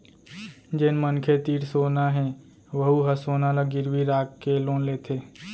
जेन मनखे तीर सोना हे वहूँ ह सोना ल गिरवी राखके लोन लेथे